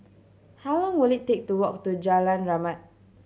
how long will it take to walk to Jalan Rahmat